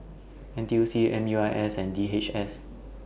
N T U C M U I S and D H S